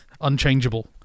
Unchangeable